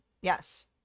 yes